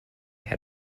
had